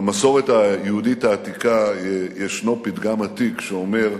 במסורת היהודית העתיקה ישנו פתגם עתיק שאומר: